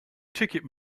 ticket